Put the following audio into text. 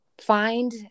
find